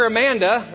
Amanda